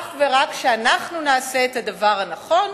אך ורק שאנחנו נעשה את הדבר הנכון.